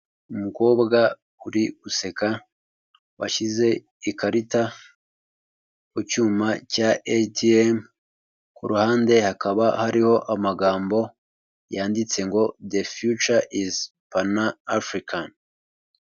Umukobwa uri guseka washyize ikarita mu cyuma cya atm ku ruhande hakaba hariho amagambo yanditse ngo the future is pana african.